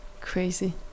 Crazy